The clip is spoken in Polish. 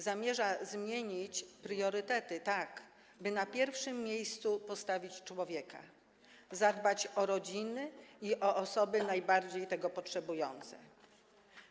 Zamierza zmienić priorytety tak, by na pierwszym miejscu postawić człowieka, zadbać o rodziny i o osoby najbardziej tego potrzebujące.